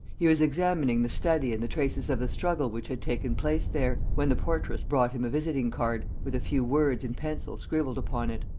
he was examining the study and the traces of the struggle which had taken place there, when the portress brought him a visiting-card, with a few words in pencil scribbled upon it.